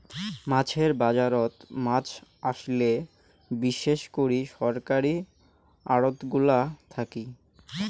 মাছের বাজারত মাছ আইসে বিশেষ করি সরকারী আড়তগুলা থাকি